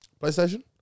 PlayStation